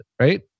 right